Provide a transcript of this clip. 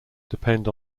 depend